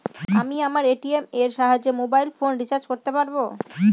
আমি আমার এ.টি.এম এর সাহায্যে মোবাইল ফোন রিচার্জ করতে পারব?